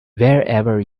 wherever